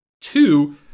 Two